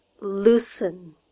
Loosen